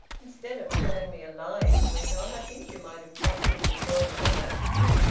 instead of telling me a lie, he went on. i think you might have trusted me more than that.